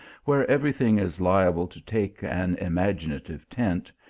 where every thing is liable to take an imaginative tint,